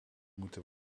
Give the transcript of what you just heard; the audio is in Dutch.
moeten